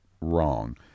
wrong